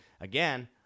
again